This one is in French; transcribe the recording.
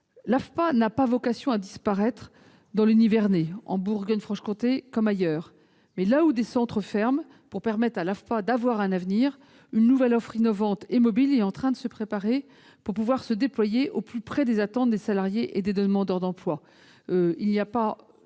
L'AFPA n'a pas vocation à disparaître dans le Nivernais, en Bourgogne-Franche-Comté ou ailleurs. Mais là où des centres ferment, pour que l'AFPA ait un avenir, une nouvelle offre innovante et mobile doit être déployée au plus près des attentes des salariés et des demandeurs d'emploi.